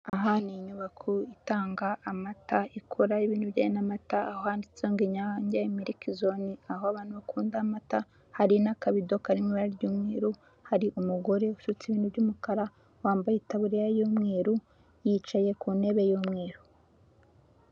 Aha ni inyubako itanga amata ikora ibintu bijyanye n'amata aho handitse ngo Inyange Milkzone, aho abantu bakunda amata hari n'akabido kari mu ibara ry'umweru, hari umugore usutse ibintu by'umukara, wambaye itaburiya y'umweru, yicaye ku ntebe y'umweru.